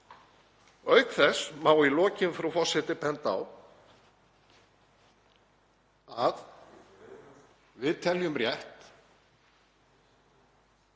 Auk þess má í lokin, frú forseti, benda á að við teljum rétt